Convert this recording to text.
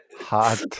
hot